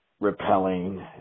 repelling